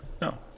No